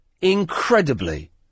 incredibly